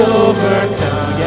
overcome